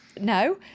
no